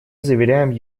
заверяем